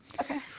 Okay